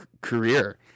career